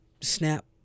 SNAP